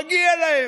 מגיע להם,